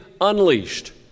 unleashed